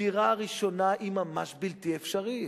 הדירה הראשונה היא ממש בלתי אפשרית.